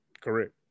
Correct